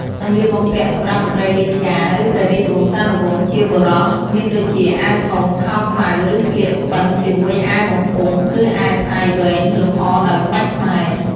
សម្លៀកបំពាក់សម្រាប់មន្រ្តីរាជការ ឬព្រះរាជវង្សានុវង្សជាបុរសមានដូចជា អាវធំ ខោខ្មៅ ឬ ស្លៀកក្បិនជាមួយអាវបំពង់ ឬអាវផាយវែង លម្អដោយក្បាច់ខ្មែរ។